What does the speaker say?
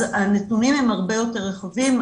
אז הנתונים הם הרבה יותר רחבים.